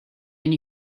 and